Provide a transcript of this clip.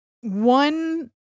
one